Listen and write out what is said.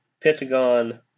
Pentagon